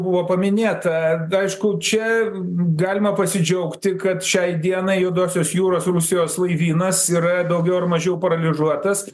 buvo paminėta aišku čia galima pasidžiaugti kad šiai dienai juodosios jūros rusijos laivynas yra daugiau ar mažiau paralyžiuotas